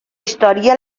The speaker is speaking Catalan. història